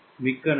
மிக்க நன்றி